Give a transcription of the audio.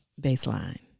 baseline